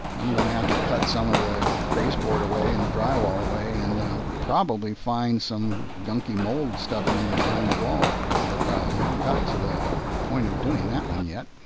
i'm going to have to cut some of the baseboard away and the drywall away and probably find some gunky mold stuff in behind the wall. but i haven't gotten to the point of doing that one yet.